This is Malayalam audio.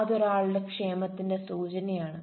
അത് ഒരാളുടെ ക്ഷേമത്തിന്റെ സൂചനയാണ്